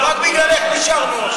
רק בגללך נשארנו.